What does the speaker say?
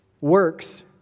works